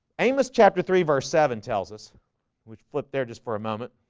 amos chapter three verse seven tells us which flipped their just for a moment